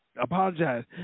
apologize